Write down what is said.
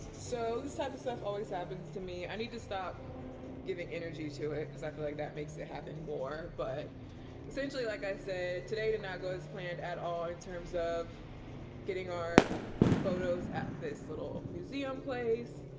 so this type of stuff always happens to me. i need to stop giving energy to it cause i feel like that makes it happen more. but essentially, like i said today did not go as planned at all in terms of getting our photos at this little museum place.